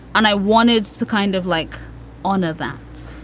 and i wanted to kind of like honor that,